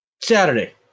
Saturday